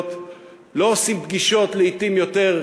לא עושים פגישות לעתים יותר נדירות,